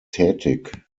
tätig